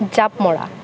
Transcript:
জাঁপ মৰা